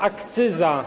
Akcyza.